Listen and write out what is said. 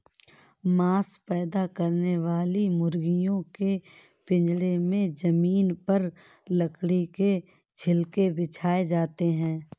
मांस पैदा करने वाली मुर्गियों के पिजड़े में जमीन पर लकड़ी के छिलके बिछाए जाते है